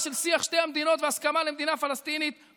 של שיח שתי המדינות והסכמה למדינה פלסטינית,